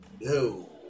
no